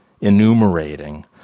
enumerating